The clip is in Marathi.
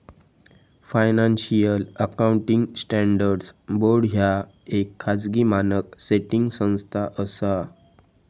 फायनान्शियल अकाउंटिंग स्टँडर्ड्स बोर्ड ह्या येक खाजगी मानक सेटिंग संस्था असा